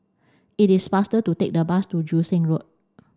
it is faster to take the bus to Joo Seng Road